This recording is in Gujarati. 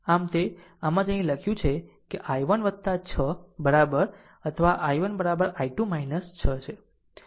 આમ આમ જ અહીં લખ્યું છે કે I1 6 બરાબર અથવા I1 I2 6 છે